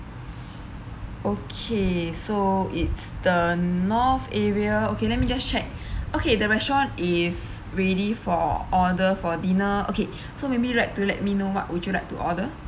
okay so it's the north area okay let me just check okay the restaurant is ready for order for dinner okay so maybe would you like to let me know what would you like to order